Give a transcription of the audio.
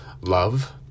love